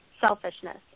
selfishness